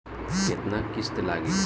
केतना किस्त लागी?